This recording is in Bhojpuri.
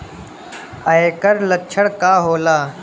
ऐकर लक्षण का होला?